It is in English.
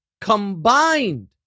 combined